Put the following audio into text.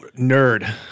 nerd